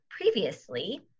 previously